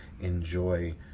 enjoy